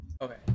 Okay